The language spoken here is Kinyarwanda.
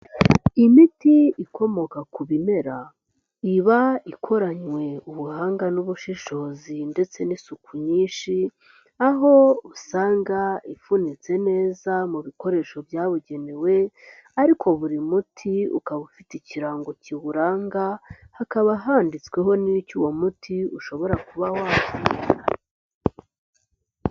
Imiti ikomoka ku bimera, iba ikoranywe ubuhanga n'ubushishozi ndetse n'isuku nyinshi, aho usanga ipfunitse neza mu bikoresho byabugenewe, ariko buri muti ukaba ufite ikirango kiwuranga, hakaba handitsweho n'icyo uwo muti ushobora kuba wavura.